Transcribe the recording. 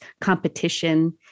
competition